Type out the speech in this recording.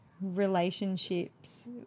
relationships